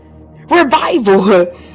Revival